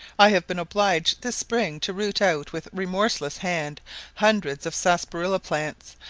i have been obliged this spring to root out with remorseless hand hundreds of sarsaparilla plants,